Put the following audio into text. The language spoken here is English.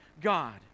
God